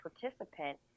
participant